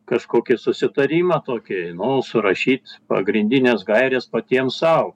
kažkokį susitarimą tokį nu surašyt pagrindines gaires patiem sau